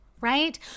right